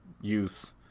youth